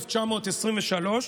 1923,